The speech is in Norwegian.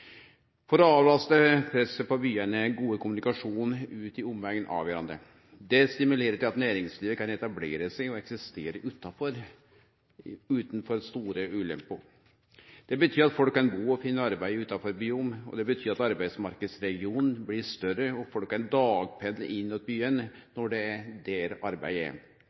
For å avlaste presset på byane er gode kommunikasjonar ut i omlandet avgjerande. Det stimulerer til at næringslivet kan etablere seg og eksistere utan for store ulemper. Det betyr at folk kan bu og finne arbeid utanfor byane, og det betyr at arbeidsmarknadsregionen blir større, og folk kan dagpendle inn til byane når det er der arbeid er.